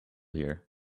here